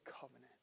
Covenant